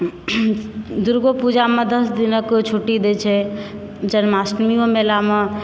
दुर्गापूजामे दस दिनक छुट्टी दैत छै जन्माष्टमीओ मेलामे